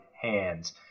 hands